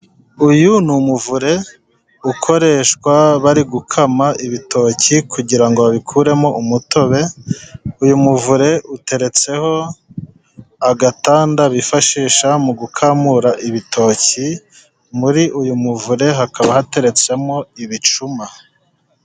Uyu ni umuvure ukoreshwa bari gukama ibitoki, kugira ngo babikuremo umutobe, uyu muvure uteretseho agatanda bifashisha mu gukamura ibitoki, muri uyu muvure hakaba hateretsemo ibicuma.